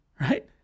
right